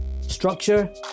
Structure